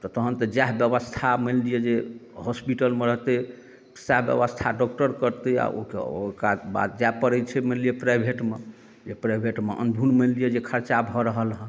तऽ तहन तऽ जएह व्यवस्था मानि लिअ जे हॉस्पिटलमे रहतै सएह व्यवस्था डॉक्टर करतै आ ओकरा बाद जाए पड़ैत छै मानि लिअ प्राइभेटमे जे प्राइभेटमे अन्धुन मानि लिअ जे खर्चा भऽ रहल हँ